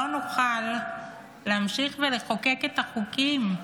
לא נוכל להמשיך ולחוקק את החוקים.